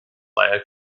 layer